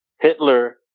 Hitler